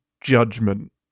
judgment